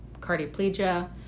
cardioplegia